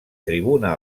tribuna